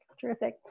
Terrific